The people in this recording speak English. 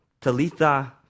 Talitha